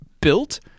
built